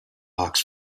box